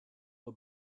the